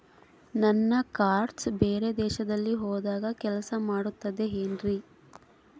ನನ್ನ ಕಾರ್ಡ್ಸ್ ಬೇರೆ ದೇಶದಲ್ಲಿ ಹೋದಾಗ ಕೆಲಸ ಮಾಡುತ್ತದೆ ಏನ್ರಿ?